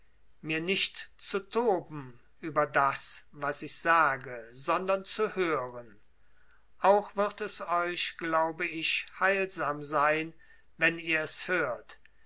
mir nicht zu toben über das was ich sage sondern zu hören auch wird es euch glaube ich heilsam sein wenn ihr es hört